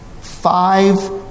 five